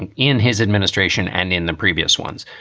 in in his administration and in the previous ones,